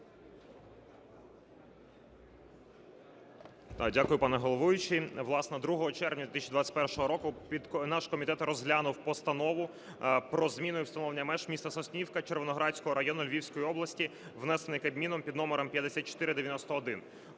Дякую, пане головуючий. Власне, 2 червня 2021 року наш комітет розглянув Постанову про зміну і встановлення меж міста Соснівки Червоноградського району Львівської області (внесений Кабміном) (під номером 5491).